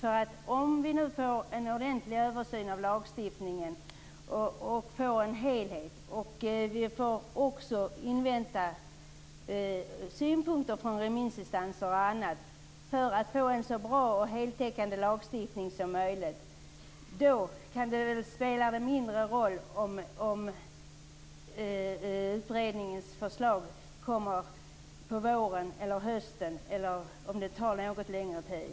Vi kan nu få en ordentlig översyn av lagstiftningen, och vi kan få en helhet. Vi får också invänta synpunkter från remissinstanser och annat för att få en så bra och heltäckande lagstiftning som möjligt. Då kan det väl spela mindre roll om utredningens förslag kommer på våren eller på hösten eller om det tar något längre tid.